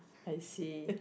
I see